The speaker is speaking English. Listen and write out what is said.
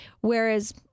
whereas